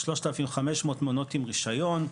3,500 מעונות עם רישיון,